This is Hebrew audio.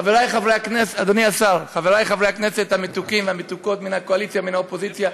חבריי חברי הכנסת המתוקים והמתוקות מן הקואליציה ומן האופוזיציה,